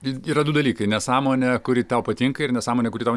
visgi yra du dalykai nesąmonė kuri tau patinka ir nesąmonė kuri tau